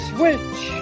Switch